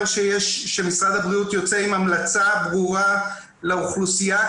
שמשרד הבריאות יוצא עם המלצה ברורה לאוכלוסייה.